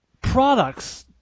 products